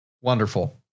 Wonderful